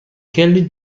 kelly